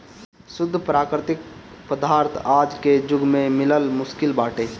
शुद्ध प्राकृतिक पदार्थ आज के जुग में मिलल मुश्किल बाटे